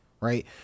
right